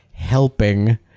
Helping